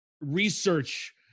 research